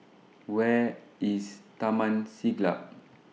Where IS Taman Siglap